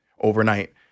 overnight